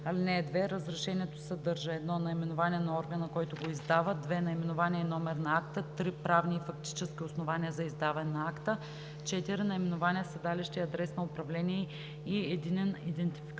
години. (2) Разрешението съдържа: 1. наименование на органа, който го издава; 2. наименование и номер на акта; 3. правни и фактически основания за издаване на акта; 4. наименование, седалище, адрес на управление и единен идентификационен